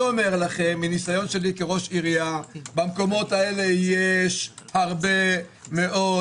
מניסיון שלי כראש עירייה במקומות האלה יש הרבה מאד